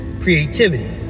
creativity